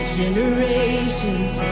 generations